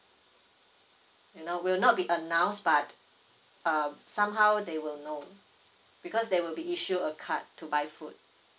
you know will not be announced but um somehow they will know because they will be issued a card to buy food